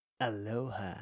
Aloha